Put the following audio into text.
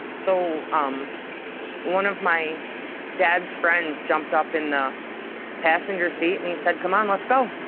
so um one of my dad's friends jumped up in the passenger seat and he said, come on, let's go.